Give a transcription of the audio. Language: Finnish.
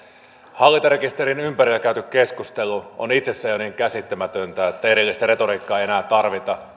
hallintarekisterin ympärillä käyty keskustelu on itsessään jo niin käsittämätöntä että erillistä retoriikkaa ei enää tarvita